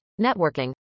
networking